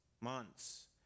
months